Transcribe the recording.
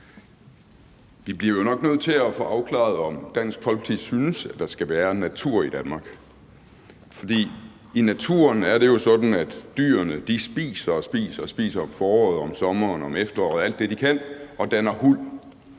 Vi bliver jo nok nødt til at få afklaret, om Dansk Folkeparti synes, at der skal være natur i Danmark. For i naturen er det jo sådan, at dyrene spiser og spiser om foråret og om sommeren og om efteråret alt det, de kan, og danner huld.